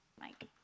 Mike